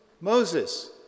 Moses